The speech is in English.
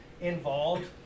involved